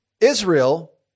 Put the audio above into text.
Israel